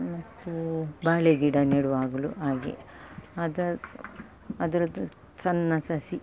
ಮತ್ತೆ ಬಾಳೆ ಗಿಡ ನೆಡುವಾಗಲು ಹಾಗೆ ಅದರದ್ದು ಸಣ್ಣ ಸಸಿ